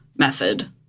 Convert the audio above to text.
method